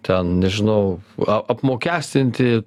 ten nežinau a apmokestinti